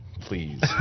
Please